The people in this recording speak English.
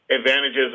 advantages